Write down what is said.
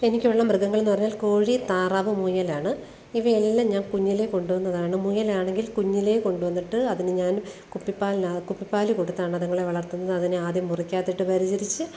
എനിക്കുള്ള മൃഗങ്ങളെന്ന് പറഞ്ഞാല് കോഴി താറാവ് മുയലാണ് ഇവയെല്ലാം ഞാന് കുഞ്ഞിലെ കൊണ്ടു വന്നതാണ് മുയലാണെങ്കില് കുഞ്ഞിലേ കൊണ്ടു വന്നിട്ട് അതിന് ഞാന് കുപ്പിപ്പാൽനകത്ത് കുപ്പിപ്പാൽ കൊടുത്താണ് അത്ങ്ങളെ വളർത്തുന്നത് അതിനെ ആദ്യം മുറിക്കകത്തിട്ട് പരിചരിച്ച്